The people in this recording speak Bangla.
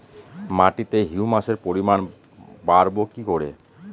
মাটিতে হিউমাসের পরিমাণ বারবো কি করে?